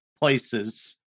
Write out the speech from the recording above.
places